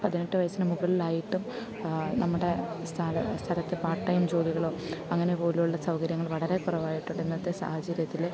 പതിനെട്ട് വയസ്സിന് മുകളിലായിട്ടും നമ്മുടെ സ്ഥലത്ത് പാർട്ട് ടൈം ജോലികളോ അങ്ങനെ പോലുള്ള സൗകര്യങ്ങൾ വളരെ കുറവായിട്ടുണ്ട് ഇന്നത്തെ സാഹചര്യത്തിൽ